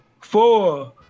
four